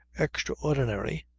extraordinary,